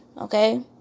okay